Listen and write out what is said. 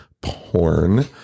porn